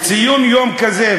ציון יום כזה,